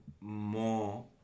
more